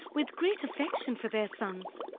with great affection for their sons,